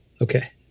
Okay